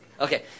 Okay